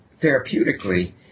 therapeutically